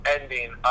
ending